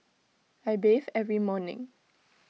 I bathe every morning